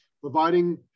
providing